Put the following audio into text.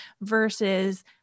versus